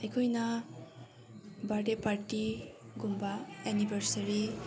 ꯑꯩꯈꯣꯏꯅ ꯕꯥꯔꯗꯦ ꯄꯥꯔꯇꯤꯒꯨꯝꯕ ꯑꯦꯅꯤꯕꯔꯁꯔꯤ